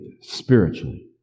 Spiritually